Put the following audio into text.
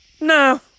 No